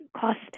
cost